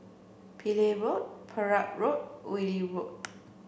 Pillai Road Perak Road Wilkie Road